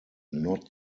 not